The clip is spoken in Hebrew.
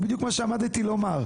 זה בדיוק מה שעמדתי לומר,